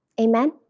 Amen